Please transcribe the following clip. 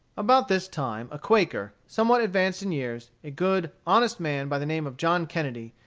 about this time a quaker, somewhat advanced in years, a good, honest man, by the name of john kennedy,